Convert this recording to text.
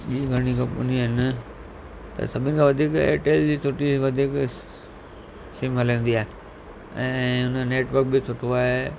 ॿी घणई कंपनियूं आहिनि त सभिनि खां वधीक एयरटेल जी सुठी वधीक सिम हलंदी आहे ऐं उन जो नेटवर्क बि सुठो आहे